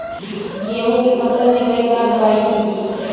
गेहूँ के फसल मे कई बार दवाई छिड़की?